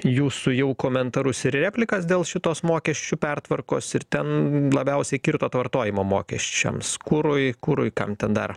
jūsų jau komentarus ir replikas dėl šitos mokesčių pertvarkos ir ten labiausiai kirto to vartojimo mokesčiams kurui kurui kam ten dar